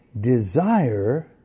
desire